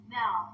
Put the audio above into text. now